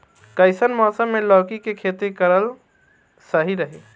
कइसन मौसम मे लौकी के खेती करल सही रही?